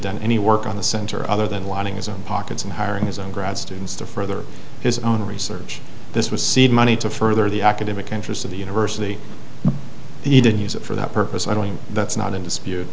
done any work on the center other than lining his own pockets and hiring his own grad students to further his own research this was seed money to further the academic interest of the university he didn't use it for that purpose i don't mean that's not in dispute